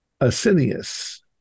Asinius